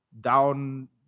down